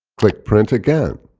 click print again.